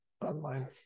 online